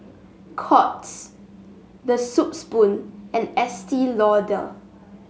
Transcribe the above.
Courts The Soup Spoon and Estee Lauder